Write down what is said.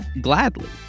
gladly